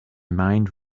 mind